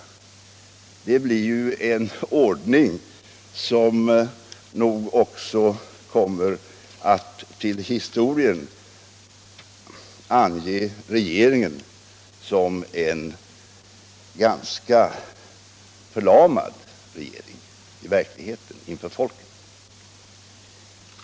— politiken Det blir i så fall en ordning som nog också kommer att till historien ange regeringen som en i verkligheten och inför folket ganska förlamad regering.